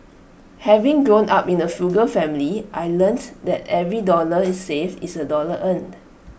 having grown up in A frugal family I learnt that every dollar is saved is A dollar earned